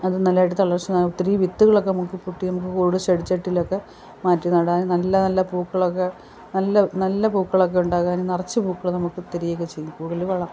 അതും നല്ല അടുത്തൊള്ള വെച്ച് ഒത്തിരി വിത്തുകളൊക്കെ പൊട്ടി നമുക്ക് കൂടുതൽ ചെടിച്ചട്ടീലൊക്കെ മാറ്റി നടാനും നല്ല നല്ല പൂക്കളൊക്കെ നല്ല നല്ല പൂക്കളൊക്കെ ഉണ്ടാകാനും നിറച്ച് പൂക്കൾ നമുക്ക് തെരീകയൊക്കെ ചെയ്യും കൂടുതലും വളാ